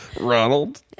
Ronald